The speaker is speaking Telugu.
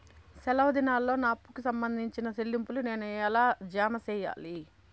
సెలవు దినాల్లో నా అప్పుకి సంబంధించిన చెల్లింపులు నేను ఎలా జామ సెయ్యాలి?